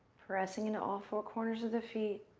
pressing in all four corners of the feet,